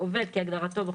"עובד" כהגדרתו בחוק,